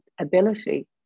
ability